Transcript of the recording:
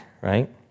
Right